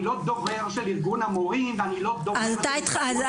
אני לא דובר של ארגון המורים ואני לא דובר של הסתדרות